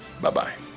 bye-bye